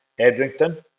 Edrington